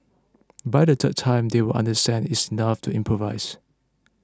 by the third time they will understand it enough to improvise